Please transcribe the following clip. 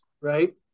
right